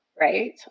Right